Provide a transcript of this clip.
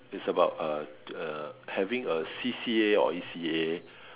it's about uh having a C_C_A or E_C_A